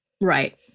Right